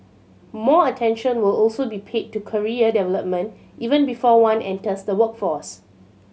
more attention will also be paid to career development even before one enters the workforce